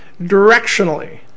directionally